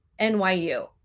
NYU